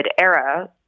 era